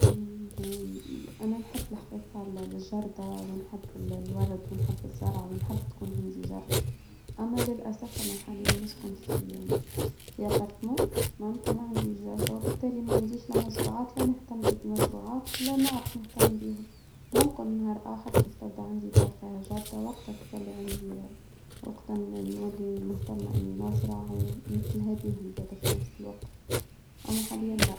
أنا نحب الحقيقة على الجردة، ونحب ال الورد، ونحب الزرع، ونحب تكون عندي جردة، أما للأسف أنا حاليا نسكن في دى أبارتمو، معناتها ما عندي جردة، وبالتالي ما عنديش لا مزروعات، لا نهتم بالمزروعات، ولا نعرف نهتم بيهم، ممكن نهار آخر كيف تبدء، عندي دار فيها جردة، وقتها تتولي عندي وقتا، نولي مهتمة إني نظرة، ومثل هادي، هم زاده في نفس الوقت. أما حاليا، لأ.